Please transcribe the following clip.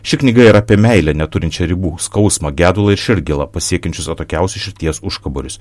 ši knyga yra apie meilę neturinčią ribų skausą gedulą ir širdgėlą pasiekiančius atokiausius širdies užkaborius